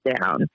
down